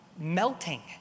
melting